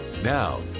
Now